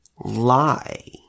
lie